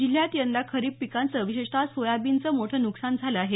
जिल्ह्यात यंदा खरीप पिकांचं विशेषत सोयाबीनचं मोठं नुकसान झालं आहे